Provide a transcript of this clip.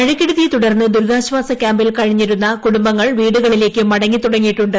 മഴക്കെടുതിയെ തുടർന്ന് ദുരിതാശ്വാസ ക്യാമ്പിൽ കഴിഞ്ഞിരുന്ന കുടുംബങ്ങൾ വീടുകളിലേക്ക് മടങ്ങിതുടങ്ങിയിട്ടുണ്ട്